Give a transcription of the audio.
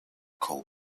coat